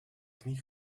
knie